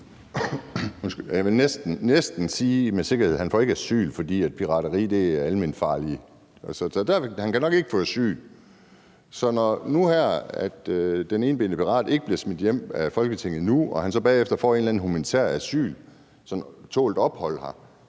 Jeg kan næsten sige med sikkerhed, at han ikke får asyl, fordi pirateri er alment farligt. Så han kan nok ikke få asyl. Så når nu den her etbenede pirat ikke bliver smidt hjem af Folketinget og han så bagefter får en eller anden form for humanitært asyl her, altså tålt ophold, er